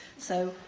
so,